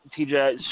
TJ